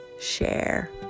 share